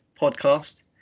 podcast